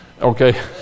Okay